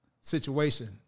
situation